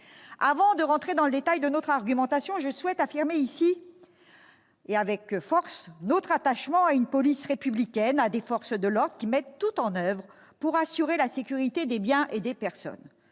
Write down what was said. Avant d'entrer dans le détail de notre argumentation, je souhaite affirmer fortement notre attachement à une police républicaine, à des forces de l'ordre qui mettent tout en oeuvre pour assurer la sécurité des biens et des personnes.